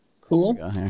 Cool